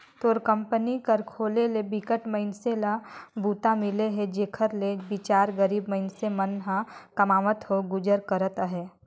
तोर कंपनी कर खोले ले बिकट मइनसे ल बूता मिले हे जेखर ले बिचार गरीब मइनसे मन ह कमावत होय गुजर करत अहे